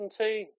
17